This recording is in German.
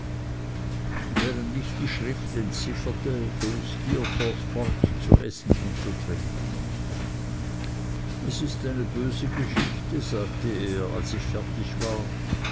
während ich die schrift entzifferte fuhr steerforth fort zu essen und zu trinken es ist eine böse geschichte sagte er als ich fertig war